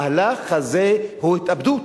המהלך הזה הוא התאבדות.